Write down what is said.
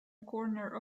corner